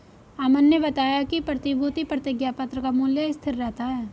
अमन ने बताया कि प्रतिभूति प्रतिज्ञापत्र का मूल्य स्थिर रहता है